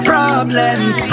Problems